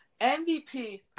MVP